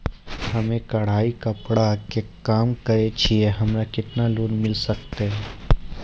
हम्मे कढ़ाई कपड़ा के काम करे छियै, हमरा केतना लोन मिले सकते?